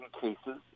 cases